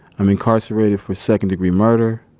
i'm incarcerated for second-degree murder.